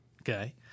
okay